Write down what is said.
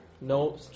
No